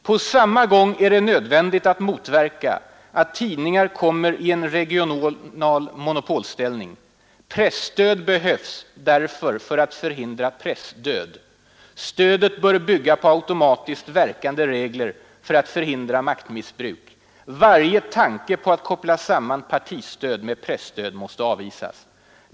På samma gång är det nödvändigt att motverka att tidningar kommer i en regional monopolställning. Presstöd behövs därför för att förhindra pressdöd. Stödet bör bygga på automatiskt verkande regler för att förhindra maktmissbruk. Varje tanke på att koppla samman partistöd med presstöd måste avvisas.